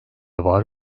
var